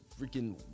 freaking